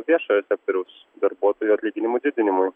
viešojo sektoriaus darbuotojų atlyginimų didinimui